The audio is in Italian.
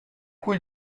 cui